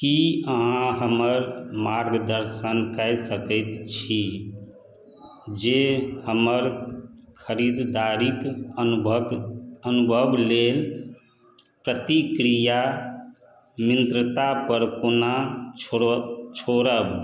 की अहाँ हमर मार्गदर्शन कय सकैत छी जे हमर खरीदारीक अनुभबक अनुभव लेल प्रतिक्रिया मिन्त्रता पर कोना छोड़ छोड़ब